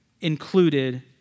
included